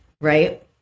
Right